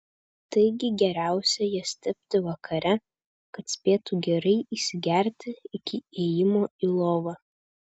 taigi geriausia jas tepti vakare kad spėtų gerai įsigerti iki ėjimo į lovą